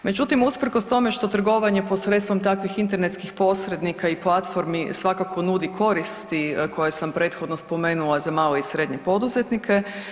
Međutim, usprkos tome što trgovanje posredstvom takvih internetskih posrednika i platformi svakako nudi koristi koje sam prethodno spomenula za male i srednje poduzetnike.